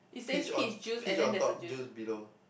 peach on peach on top juice below